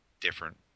different